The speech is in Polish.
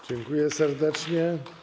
Dziękuję serdecznie.